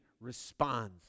responds